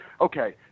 Okay